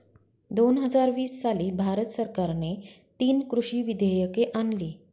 दोन हजार वीस साली भारत सरकारने तीन कृषी विधेयके आणली